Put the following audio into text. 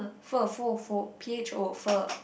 pho pho pho P_H_O pho